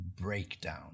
breakdown